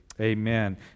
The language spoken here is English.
Amen